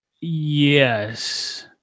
Yes